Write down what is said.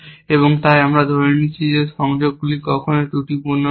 এবং তাই আমরা ধরে নিই যে সংযোগগুলি কখনই ত্রুটিপূর্ণ নয়